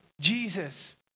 Jesus